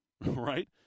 right